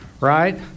right